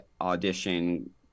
audition